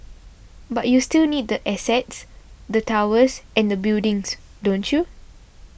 but you still need the assets the towers and the buildings don't you